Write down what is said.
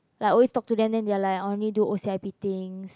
like always talk to them they are like I need to do O_C_I_P things